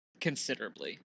considerably